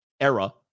Era